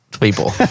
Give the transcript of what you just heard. people